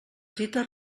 dites